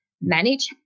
manage